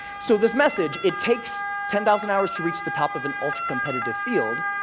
so this message, it takes ten thousand hours to reach the top of an ultra competitive field,